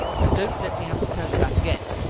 and don't let me have to tell you that again!